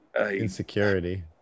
Insecurity